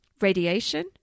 radiation